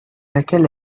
laquelle